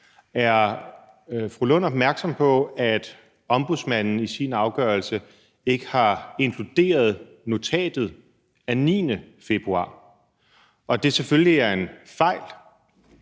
Er fru Rosa Lund opmærksom på, at Ombudsmanden i sin afgørelse ikke har inkluderet notatet af 9. februar, og at det selvfølgelig er en fejl,